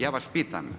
Ja vas pitam.